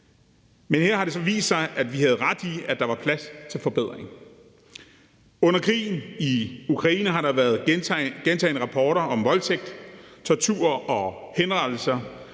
men her har det så vist sig, at vi havde ret i, at der var plads til forbedringer. Under krigen i Ukraine har der været gentagne rapporter om voldtægt, tortur og henrettelser